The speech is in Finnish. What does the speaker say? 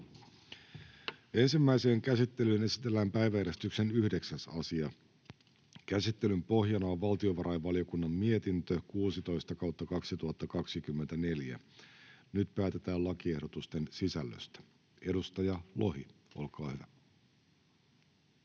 Ensimmäiseen käsittelyyn esitellään päiväjärjestyksen 9. asia. Käsittelyn pohjana on valtiovarainvaliokunnan mietintö VaVM 16/2024 vp. Nyt päätetään lakiehdotusten sisällöstä. — Edustaja Lohi, olkaa hyvä.